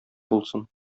булсын